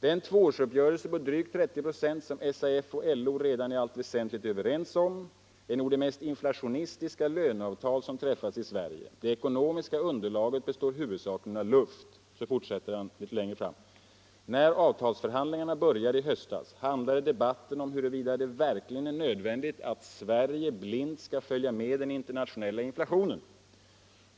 ”Den tvåårsuppgörelse på drygt 30 procent som SAF och LO redan i allt väsentligt är överens om är nog det mest inflationistiska löneavtal som träffats i Sverige. Det ekonomiska underlaget består huvudsakligen av luft.” Svante Nycander fortsätter litet längre fram: ”När avtalsförhandlingarna började i höstas handlade debatten om huruvida det verkligen är nödvändigt att Sverige blint skall följa med den internationella inflationen.